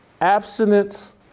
abstinence